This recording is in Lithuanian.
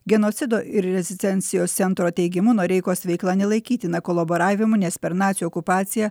genocido ir rezistencijos centro teigimu noreikos veikla nelaikytina kolaboravimu nes per nacių okupaciją